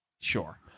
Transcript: Sure